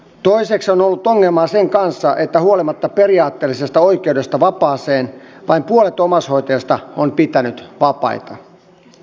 toiseksi on ollut ongelmaa sen kanssa että huolimatta periaatteellisesta oikeudesta vapaaseen vain puolet omaishoitajista on pitänyt vapaita